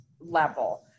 level